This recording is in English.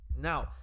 now